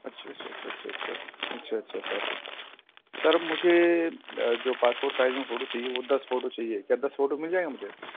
اچھا اچھا اچھا اچھا اچھا اچھا اچھا اچھا سر سر مجھے جو پاسپوٹ سائز میں فوٹو چاہیے وہ دس فوٹو چاہیے کیا دس فوٹو مل جائے گا مجھے